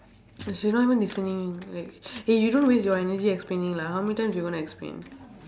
she she not even listening like eh you don't waste your energy explaining lah how many times you going to explain